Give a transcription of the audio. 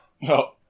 No